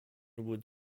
would